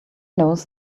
knows